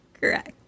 Correct